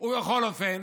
ובכל אופן